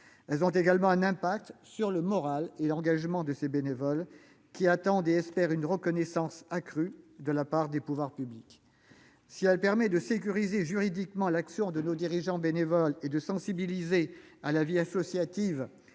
Elles ont également un effet sur le moral et l'engagement des bénévoles, qui attendent et espèrent une reconnaissance accrue de la part des pouvoirs publics. Si elle permet de sécuriser juridiquement l'action de nos dirigeants bénévoles, de sensibiliser nos jeunes